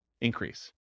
increase